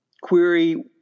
query